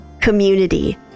community